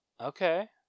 Okay